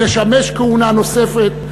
לשמש כהונה נוספת?